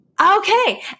Okay